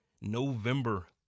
November